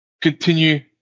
continue